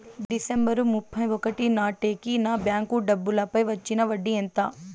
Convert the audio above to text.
December ముప్పై ఒకటి నాటేకి నా బ్యాంకు డబ్బుల పై వచ్చిన వడ్డీ ఎంత?